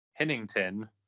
Hennington